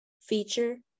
feature